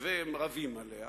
וזה יפתח אולי איזו הכנסה,